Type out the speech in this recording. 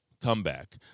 comeback